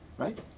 Right